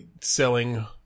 Selling